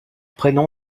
prénom